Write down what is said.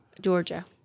Georgia